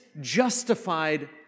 justified